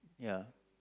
ya